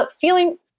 feeling